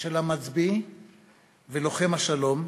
של המצביא ולוחם השלום,